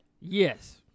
Yes